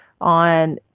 on